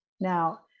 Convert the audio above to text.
Now